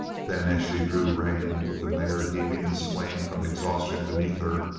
then, as she drew rein, with the mare heaving and swaying from exhaustion beneath her,